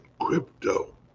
crypto